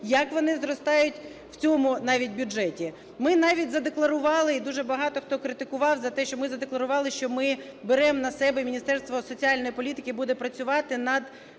як вони зростають в цьому навіть бюджеті. Ми навіть задекларували, і дуже багато хто критикував за те, що ми задекларували, що ми беремо на себе, Міністерство соціальної політки буде працювати над